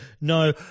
no